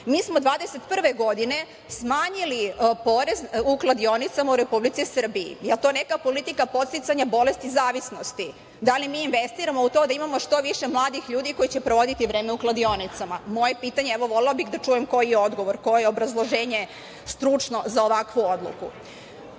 smo 2021. godine smanjili porez kladionicama u Republici Srbiji. Jel to neka politika podsticanja bolesti zavisnosti? Da li mi investiramo u to da imamo što više mladih ljudi koji će provoditi vreme u kladionicama? Moje pitanje. Evo, volela bih da čujem koji je odgovor, koje je obrazloženje stručno za ovakvu odluku. Umesto